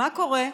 מה קורה?